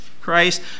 Christ